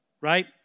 right